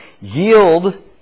yield